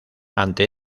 ante